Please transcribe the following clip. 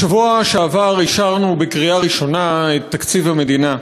בשבוע שעבר אישרנו בקריאה ראשונה את תקציב המדינה,